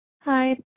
Hi